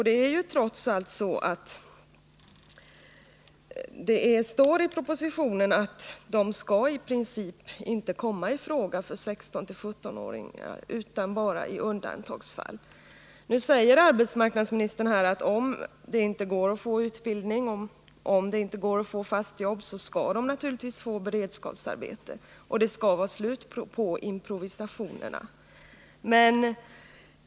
Det heter i propositionen att beredskapsjobb i princip inte skall komma i fråga för 16-17-åringar annat än i undantagsfall. Nu säger arbetsmarknadsministern att om det inte går att få utbildning eller fast jobb så skall de få beredskapsarbete — det skall vara slut på improvisationerna.